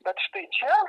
bet štai čia